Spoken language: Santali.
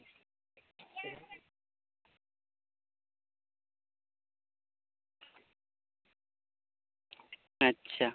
ᱟᱪᱪᱷᱟ